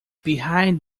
behind